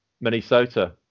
minnesota